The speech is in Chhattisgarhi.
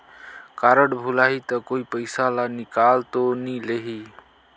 कारड भुलाही ता कोई पईसा ला निकाल तो नि लेही?